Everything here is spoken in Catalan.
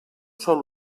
sol